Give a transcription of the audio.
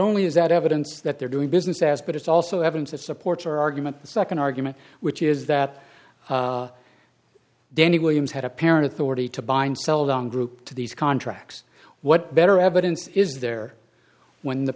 only is that evidence that they're doing business as but it's also evidence that supports our argument the nd argument which is that danny williams had apparent authority to bind sell down group to these contracts what better evidence is there when the